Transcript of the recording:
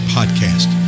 Podcast